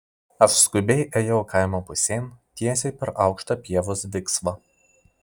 aš skubiai ėjau kaimo pusėn tiesiai per aukštą pievos viksvą